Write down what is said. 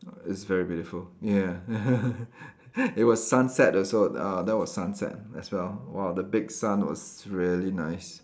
it's very beautiful ya it was sunset also uh that was sunset as well !wow! the big sun was really nice